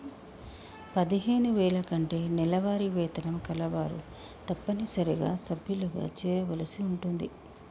పదిహేను వేల కంటే నెలవారీ వేతనం కలవారు తప్పనిసరిగా సభ్యులుగా చేరవలసి ఉంటుంది